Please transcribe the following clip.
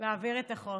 להעביר את החוק.